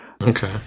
okay